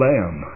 Lamb